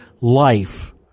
life